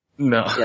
No